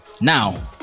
now